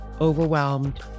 overwhelmed